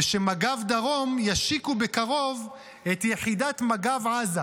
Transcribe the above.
ושמג"ב דרום ישיקו בקרוב את יחידת מג"ב עזה,